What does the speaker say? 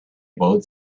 both